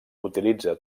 utilitza